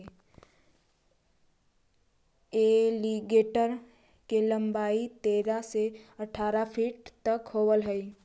alligator के लंबाई तेरह से अठारह फीट तक होवऽ हइ